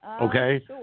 Okay